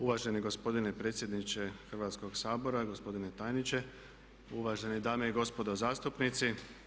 Uvaženi gospodine predsjedniče Hrvatskoga sabora, gospodine tajniče, uvažene dame i gospodo zastupnici.